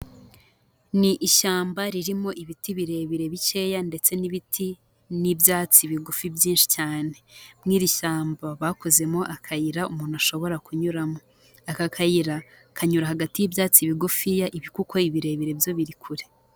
Ni ishyamba ririmo ibiti birebire bikeya ndetse n'ibiti n'ibyatsi bigufi byinshi cyane. Muri iri shyamba bakozemo akayira umuntu ashobora kunyuramo. Aka kayira kanyura hagati y'ibyatsi bigufi ibi kuko ibirebire byo biri kure.